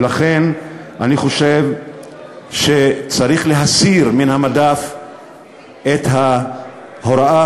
ולכן אני חושב שצריך להסיר מן המדף את ההוראה,